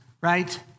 right